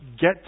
get